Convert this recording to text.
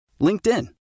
LinkedIn